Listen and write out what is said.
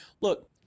look